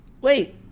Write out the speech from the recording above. Wait